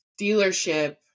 dealership